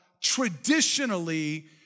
traditionally